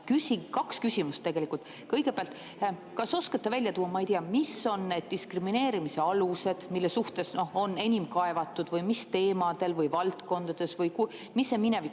küsimust. Kõigepealt, kas oskate välja tuua, mis on need diskrimineerimise alused, mille suhtes on enim kaevatud, või mis teemadel või valdkondades, või mis minevik